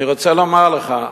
אני רוצה לומר לך,